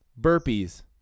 Burpees